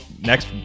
next